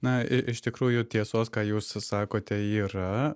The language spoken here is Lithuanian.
na i iš tikrųjų tiesos ką jūs sakote yra